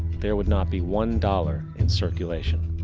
there would not be one dollar in circulation.